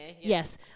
Yes